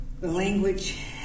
language